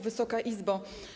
Wysoka Izbo!